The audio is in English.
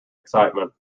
excitement